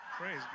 Praise